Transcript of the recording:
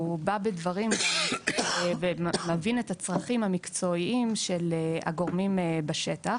הוא בא עם דברים ומבין את הצרכים המקצועיים של הגורמים בשטח